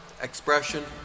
expression